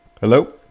hello